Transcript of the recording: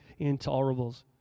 intolerables